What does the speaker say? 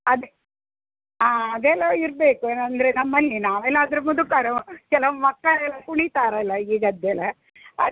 ಅದೆ ಆ ಅದೆಲ್ಲ ಇರಬೇಕು ಏನಂದರೆ ನಮ್ಮಲ್ಲಿ ನಾವೆಲ್ಲ ಆದರೆ ಮುದುಕರು ಕೆಲವು ಮಕ್ಕಳೆಲ್ಲ ಕುಣಿತಾರಲ್ಲ ಈಗದ್ದೆಲ್ಲ ಅದು